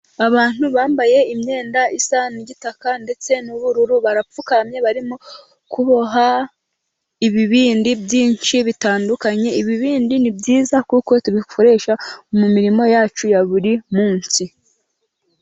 Abantu bambaye imyenda isa n'igitaka ndetse n'ubururu barapfukamye barimo kuboha ibibindi byinshi bitandukanye ibibindi ni byiza kuko tubikoresha mu mirimo yacu ya buri munsi